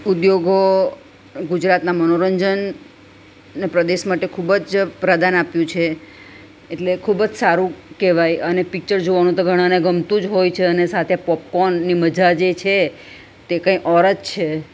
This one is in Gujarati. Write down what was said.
ઉદ્યોગો ગુજરાતનાં મનોરંજનને પ્રદેશ માટે ખૂબ જ પ્રદાન આપ્યું છે એટલે ખૂબ જ સારું કહેવાય અને પિક્ચર જોવાનું તો ઘણાને ગમતું જ હોય છે અને સાથે પોપકોર્નની મજા જે છે તે કંઇ ઔર જ છે